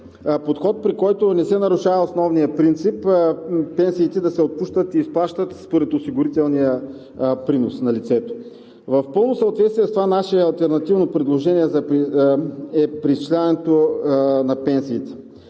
Подход, при който не се нарушава основният принцип пенсиите да се отпускат и изплащат според осигурителния принос на лицето. В пълно съответствие с това наше алтернативно предложение за преизчисляването на пенсиите